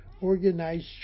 organized